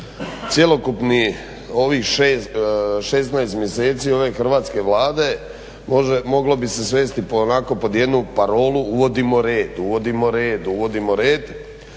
cjelokupnih ovih 16 mjeseci ove hrvatske Vlade moglo bi se svesti onako pod jednu parolu uvodimo red, uvodimo red, uvodimo red,